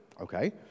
Okay